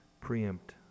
Preempt